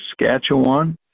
Saskatchewan